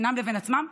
בינם לבין עצמם,